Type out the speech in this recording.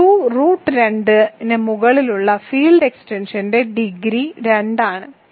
Q root 2 ന് മുകളിലുള്ള field എക്സ്റ്റൻഷന്റെ ഡിഗ്രി 2 ആണ്